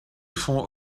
font